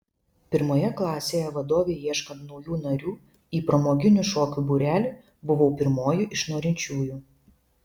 pirmoje klasėje vadovei ieškant naujų narių į pramoginių šokių būrelį buvau pirmoji iš norinčiųjų